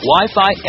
Wi-Fi